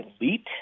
elite